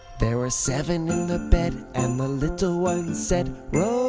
there were seven in the bed and the little one said, roll